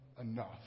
enough